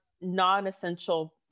non-essential